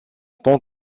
tant